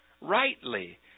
rightly